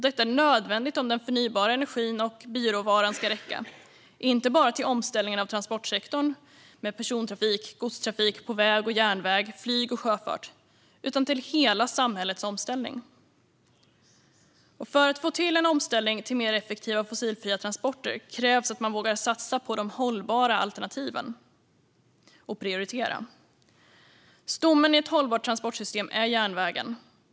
Detta är nödvändigt om den förnybara energin och bioråvaran ska räcka, inte bara till omställningen av transportsektorn, med persontrafik, godstrafik på väg och järnväg, flyg och sjöfart, utan till hela samhällets omställning. För att få till en omställning till mer effektiva och fossilfria transporter krävs att man vågar satsa på de hållbara alternativen och prioritera. Stommen i ett hållbart transportsystem är järnvägen.